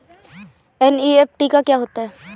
NEFT क्या होता है?